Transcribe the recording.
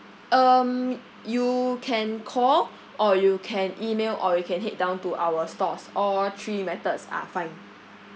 um you can call or you can email or you can head down to our stores all three methods are fine